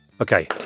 Okay